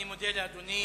אני מודה לאדוני.